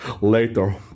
later